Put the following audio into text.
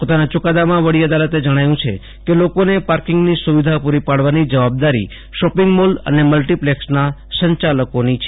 પોતાના ચુકાદામાં વડી અદાલતે જજ્ઞાવ્યું છે કે લોકોને પાર્કિંગની સુવિધા પુરી પાડવાની જવાબદારી શોપિંગ મોલ અને મલ્ટીપ્લેક્ષના સંચાલકોની છે